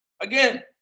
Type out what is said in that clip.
Again